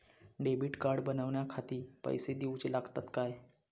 Debit card बनवण्याखाती पैसे दिऊचे लागतात काय?